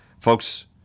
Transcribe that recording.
Folks